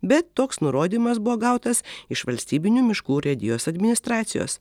bet toks nurodymas buvo gautas iš valstybinių miškų urėdijos administracijos